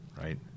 Right